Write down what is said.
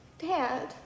Dad